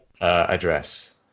address